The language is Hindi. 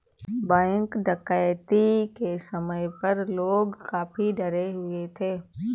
बैंक डकैती के समय पर लोग काफी डरे हुए थे